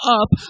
up